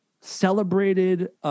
celebrated